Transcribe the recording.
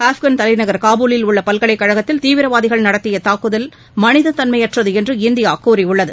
ஆப்கான் தலைநகர் காபூலில் உள்ள பல்கலைக்கழகத்தில் தீவிரவாதிகள் நடத்திய தாக்குதல் மனித தன்மையற்றது என்று இந்தியா கூறியுள்ளது